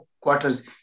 quarters